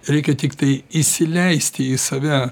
reikia tiktai įsileisti į save